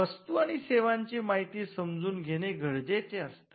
वस्तू आणि सेवांची माहिती समजून घेणे गरजेचे असते